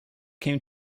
came